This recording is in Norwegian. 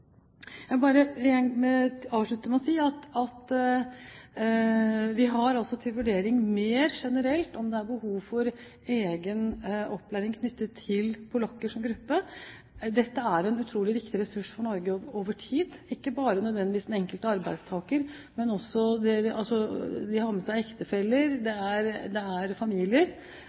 Jeg vil bare avslutte med å si at vi har altså til vurdering mer generelt om det er behov for egen opplæring knyttet til polakker som gruppe. Dette er en utrolig viktig ressurs for Norge over tid. Det er ikke nødvendigvis bare snakk om den enkelte arbeidstaker, men de har med seg ektefeller, det er familier, og vi vet at vi trenger arbeidskraft i Norge i årene framover. Jeg er